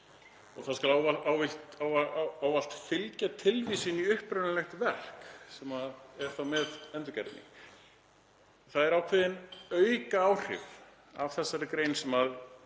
Það skal ávallt fylgja tilvísun í upprunalegt verk sem er þá með endurgerðinni. Það eru ákveðin aukaáhrif af þessari grein sem ég